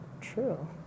true